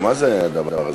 מה זה הדבר הזה?